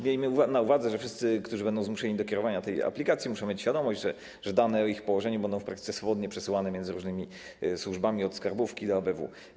Miejmy na uwadze, że wszyscy, którzy będą zmuszeni do kierowania z wykorzystaniem tej aplikacji, muszą mieć świadomość, że dane o ich położeniu będą w praktyce swobodnie przesyłane między różnymi służbami, od skarbówki do ABW.